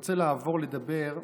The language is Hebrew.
רוצה לעבור לדבר,